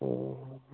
অঁ